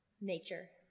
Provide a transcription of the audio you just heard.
nature